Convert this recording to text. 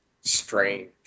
Strange